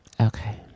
Okay